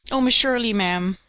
oh, miss shirley, ma'am,